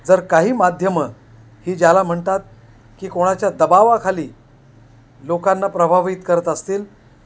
जर काही माध्यमं ही ज्याला म्हणतात की कोणाच्या दबावाखाली लोकांना प्रभावित करत असतील